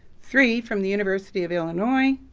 three from the university of illinois,